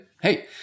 hey